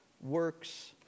works